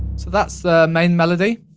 so, that's the main melody.